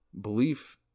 belief